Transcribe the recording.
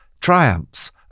triumphs